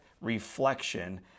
reflection